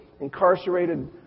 incarcerated